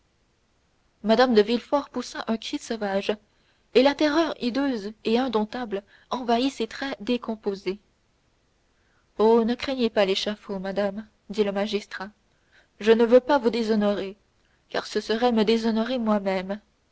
mme de villefort poussa un cri sauvage et la terreur hideuse et indomptable envahit ses traits décomposés oh ne craignez pas l'échafaud madame dit le magistrat je ne veux pas vous déshonorer car ce serait me déshonorer moi-même